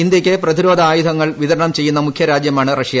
ഇന്തൃക്ക് പ്രതിരോധ ആയുധങ്ങൾ വിതരണം ചെയ്യുന്ന മുഖ്യരാജ്യമാണ് റഷ്യ